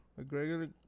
McGregor